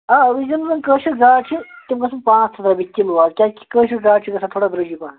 آ اورِجنَل کٲشِر گاڈٕ چھِ تِم گژھان پانٛژھ ہَتھ رۄپیہِ کِلوٗ اَز کیٛازِکہِ کٲشِر گاڈٕ چھِ گژھان تھوڑا درٛۅجی پَہن